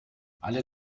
alle